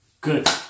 Good